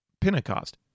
Pentecost